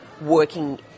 working